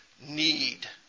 need